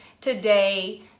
today